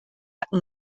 hatte